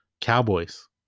Cowboys